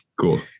Cool